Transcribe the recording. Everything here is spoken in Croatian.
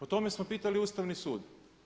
O tome smo pitali Ustavni sud.